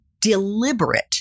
deliberate